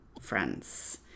friends